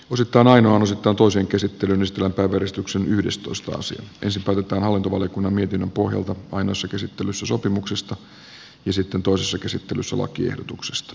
osittain on osittain toisen käsittelyn ystävä kaveristuksen yhdestoista sija ja ensin päätetään hallintovaliokunnan mietinnön pohjalta ainoassa käsittelyssä sopimuksesta ja sitten toisessa käsittelyssä lakiehdotuksesta